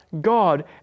God